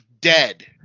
dead